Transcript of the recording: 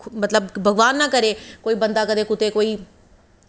की भगवान ना करै कोई बंदा कुदै